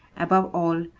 above all,